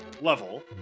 level